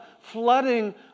flooding